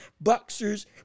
boxers